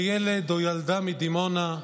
ילד או ילדה מדימונה,